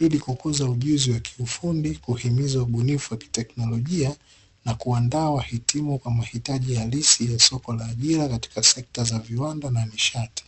ili kukuza ujuzi wa kiufundi, kuhimiza ubunifu wakiteknolojia, na kuandaa wahitimu kwa mahitaji halisi ya soko la ajira katika sekta za viwanda na nishati.